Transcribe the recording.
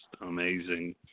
amazing